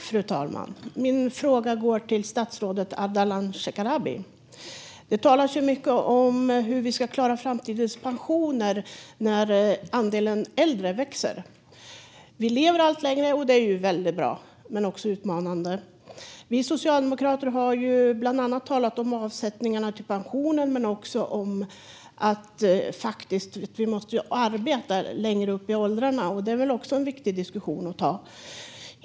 Fru talman! Min fråga går till statsrådet Ardalan Shekarabi. Det talas ju mycket om hur vi ska klara framtidens pensioner när andelen äldre växer. Vi lever allt längre, och det är ju väldigt bra men också utmanande. Vi socialdemokrater har bland annat talat om avsättningarna till pensionen men också om att vi måste arbeta längre upp i åldrarna, och det är väl också en viktig diskussion att ta.